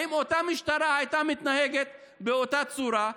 האם אותה משטרה הייתה מתנהגת באותה צורה?